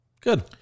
Good